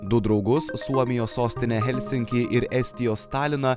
du draugus suomijos sostinę helsinkį ir estijos taliną